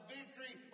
victory